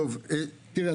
תראה,